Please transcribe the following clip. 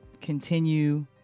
continue